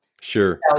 Sure